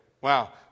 Wow